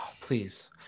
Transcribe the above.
Please